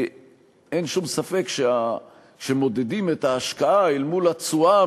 השר כץ, בוחן את הנושאים